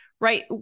Right